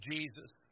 Jesus